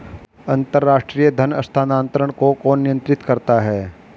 अंतर्राष्ट्रीय धन हस्तांतरण को कौन नियंत्रित करता है?